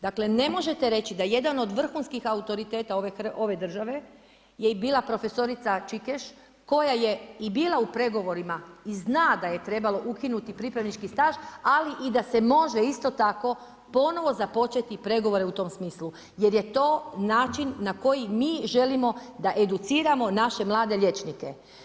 Dakle ne možete reći da je jedan od vrhunskih autoriteta ove države, je i bila profesorica Čikeš, koja je i bila u pregovorima i zna da je trebalo ukinuti pripravnički staž, ali i da se može isto tako, ponovno započeti pregovore u tom smislu, jer je to način na koji mi želimo da educiramo naše mlade liječnike.